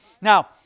Now